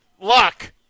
Luck